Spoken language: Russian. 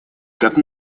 как